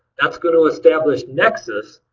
that's going to establish nexus,